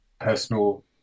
personal